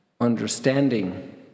understanding